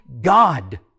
God